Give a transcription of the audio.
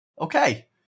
Okay